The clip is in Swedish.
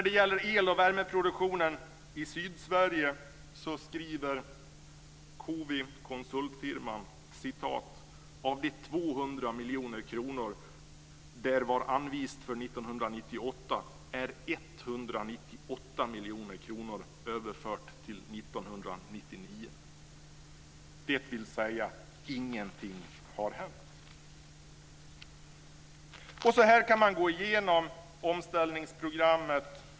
När det gäller el och värmeproduktionen i Sydsverige skriver konsultfirman COWI: "Af de 200 mkr der var anvist för 1998 er 198 mkr overført til 1999." Detta betyder att ingenting har hänt.